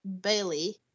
Bailey